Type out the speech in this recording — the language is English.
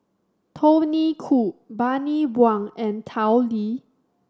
Tony Khoo Bani Buang and Tao Li